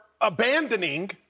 abandoning